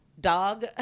dog